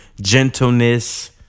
gentleness